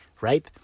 right